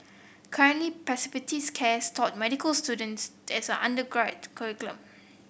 currently care is taught medical students as curriculum